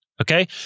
Okay